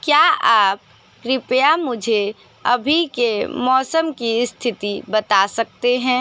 क्या आप कृपया मुझे अभी के मौसम की स्थिति बता सकते हैं